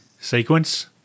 sequence